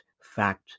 fact